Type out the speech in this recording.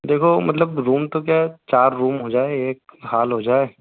देखो मतलब रूम तो क्या चार रूम हो जाए एक हॉल हो जाए